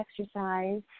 exercise